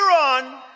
on